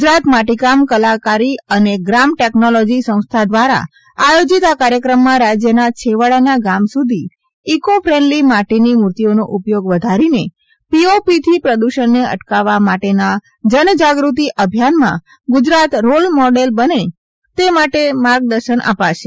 ગુજરાત માટીકામ કલાકારી અને ગ્રામ ટેકનલોજી સંસ્થાન દ્વારા આયોજિત આ કાર્યક્રમમાં રાજ્યના છેવાડાના ગામ સુધી ઇકો ફ્રેન્ડલી માટીની મૂર્તિઓનો ઉપયોગ વધારીને પીઓપીથી પ્રદૂષણને અટકાવવા માટેના જનજાગૃતિ અભિયાનમાં ગુજરાત રોલ મોડલ બને તે અંગે માર્ગદર્શન અપાશે